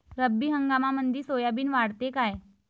रब्बी हंगामामंदी सोयाबीन वाढते काय?